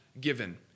given